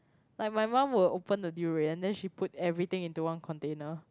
but my mom will open the durian then she put everything into one container